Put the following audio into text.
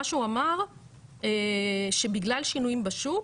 מה שהוא אמר שבגלל שינויים בשוק,